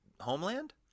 Homeland